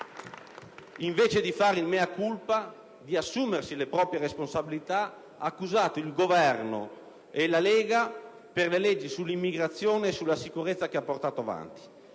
invece di fare il *mea culpa* e di assumersi le proprie responsabilità, ha accusato il Governo e la Lega per le leggi sull'immigrazione e sulla sicurezza che hanno portato avanti.